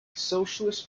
socialist